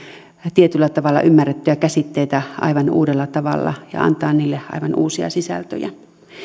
tietyllä tavalla ymmärrettyjä käsitteitä aivan uudella tavalla ja antamaan niille aivan uusia sisältöjä